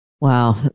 Wow